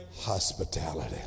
hospitality